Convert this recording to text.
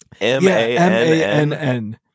M-A-N-N